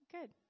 Good